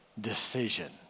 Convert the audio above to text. decision